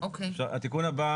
התיקון הבא